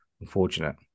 unfortunate